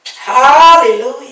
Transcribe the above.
Hallelujah